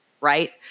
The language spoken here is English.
right